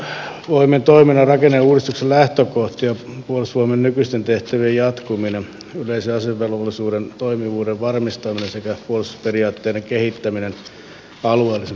puolustusvoimien toiminnan rakenneuudistuksen lähtökohtia ovat puolustusvoimien nykyisten tehtävien jatkuminen yleisen asevelvollisuuden toimivuuden varmistaminen sekä puolustusperiaatteiden kehittäminen alueellisen puolustuksen pohjalta